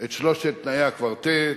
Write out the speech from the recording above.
את שלושת תנאי הקוורטט,